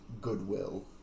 goodwill